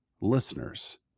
listeners